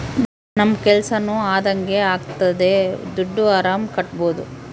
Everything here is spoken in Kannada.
ನಮ್ ಕೆಲ್ಸನೂ ಅದಂಗೆ ಆಗ್ತದೆ ದುಡ್ಡು ಆರಾಮ್ ಕಟ್ಬೋದೂ